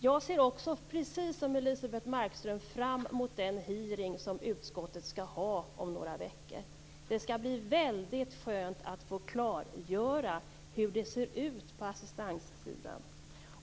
Jag ser också, precis som Elisebeht Markström, fram emot den hearing som utskottet skall ha om några veckor. Det skall bli väldigt skönt att få klargöra hur det ser ut på assistanssidan.